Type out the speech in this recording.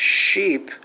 sheep